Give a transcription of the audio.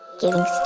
giving